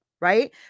right